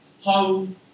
home